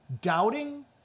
doubting